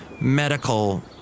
medical